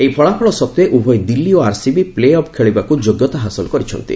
ଏହି ଫଲାଫଳ ସତ୍ତ୍ୱେ ଉଭୟ ଦିଲ୍ଲୀ ଓ ଆର୍ସିବି ପ୍ଲେ ଅପ୍ ଖେଳିବାକୁ ଯୋଗ୍ୟତା ହାସଲ କରିଛନ୍ତି